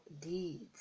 deeds